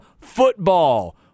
football